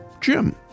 Jim